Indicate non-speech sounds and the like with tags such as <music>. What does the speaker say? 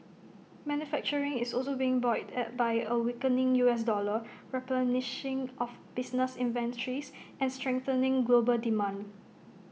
manufacturing is also being buoyed <hesitation> by A weakening U S dollar replenishing of business inventories and strengthening global demand